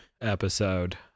episode